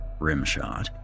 Rimshot